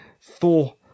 Thor